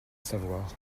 savoir